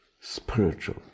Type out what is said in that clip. spiritual